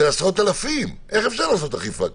עשרות אלפים איך אפשר לעשות אכיפה כזאת?